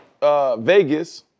Vegas